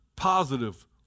positive